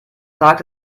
tag